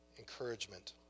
Encouragement